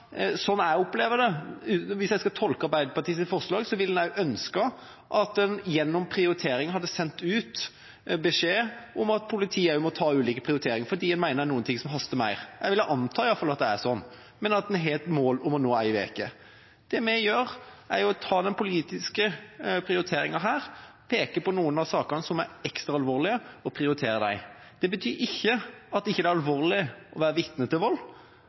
Sånn jeg opplever det, hvis jeg skal tolke Arbeiderpartiets forslag, ville en ønsket at en hadde sendt ut beskjed om at politiet også må gjøre ulike prioriteringer fordi en mener at det er noen ting som haster mer. Jeg ville iallfall anta at det er sånn, men at en har et mål om å nå én uke. Det vi gjør, er å ta den politiske prioriteringen her – peke på noen av sakene som er ekstra alvorlige, og prioritere dem. Det betyr ikke at det ikke er alvorlig å være vitne til vold,